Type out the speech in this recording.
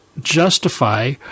justify